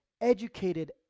educated